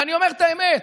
ואני אומר את האמת,